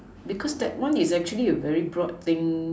because that one is actually a very broad thing